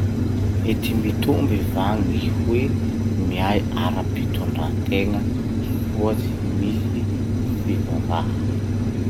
Mety mitomby va gny hoe miay ara-pitondran-tegna soa tsy misy fivavaha?